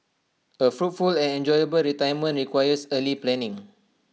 A fruitful and enjoyable retirement requires early planning